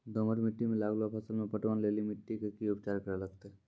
दोमट मिट्टी मे लागलो फसल मे पटवन लेली मिट्टी के की उपचार करे लगते?